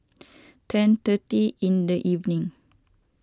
ten thirty in the evening